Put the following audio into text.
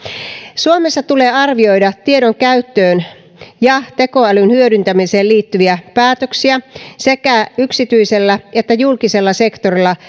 suomessa tulee arvioida tiedon käyttöön ja tekoälyn hyödyntämiseen liittyviä päätöksiä sekä yksityisellä että julkisella sektorilla